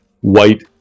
white